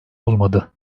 olmadı